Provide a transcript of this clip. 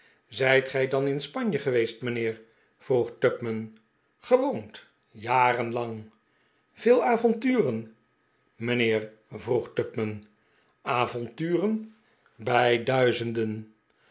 zijt gij dan in spanje geweest mijnheer vroeg tupman gewoond jarenlang veel avonturen mijnheer vroeg tupman avonturen bij duizenden